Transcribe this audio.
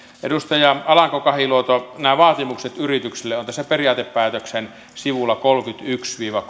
edustaja alanko kahiluoto nämä vaatimukset yrityksille ovat tässä periaatepäätöksen sivuilla kolmellakymmenelläyhdellä viiva